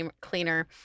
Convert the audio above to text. cleaner